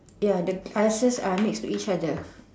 ya the glasses are next to each other